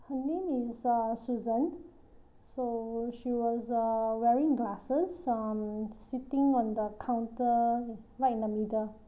her name is uh susan so she was uh wearing glasses um sitting on the counter right in the middle of